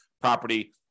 property